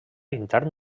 intern